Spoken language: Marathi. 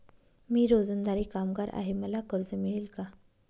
मी रोजंदारी कामगार आहे मला कर्ज मिळेल का?